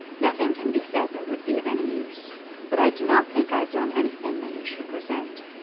nothing can be said that would be of any use but i do not think i have done anything that you should resent.